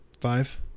Five